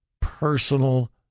personal